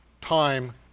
time